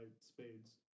spades